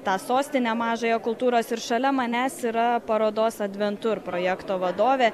tą sostinę mažąją kultūros ir šalia manęs yra parodos adventur projekto vadovė